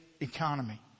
economy